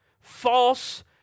false